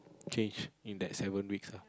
change in that seven weeks lah